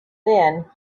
then